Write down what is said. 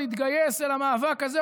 להתגייס אל המאבק הזה,